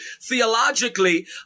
theologically